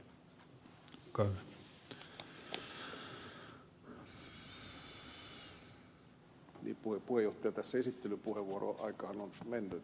niin puhemies tässä esittelypuheenvuoron aikahan on mennyt